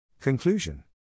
Conclusion